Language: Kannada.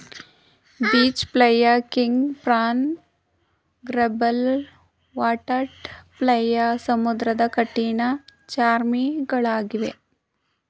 beach flea, king prawn, gribble, water flea ಸಮುದ್ರದ ಕಠಿಣ ಚರ್ಮಿಗಳಗಿವೆ